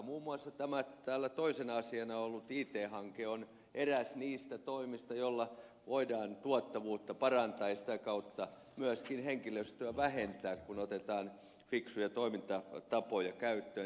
muun muassa täällä toisena asiana ollut it hanke on eräs niistä toimista joilla voidaan tuottavuutta parantaa ja jota kautta myöskin henkilöstöä vähentää kun otetaan fiksuja toimintatapoja käyttöön